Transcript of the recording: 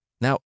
Now